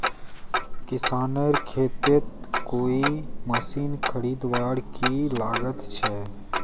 किसानेर केते कोई मशीन खरीदवार की लागत छे?